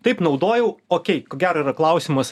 taip naudojau okei ko gero yra klausimas